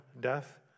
death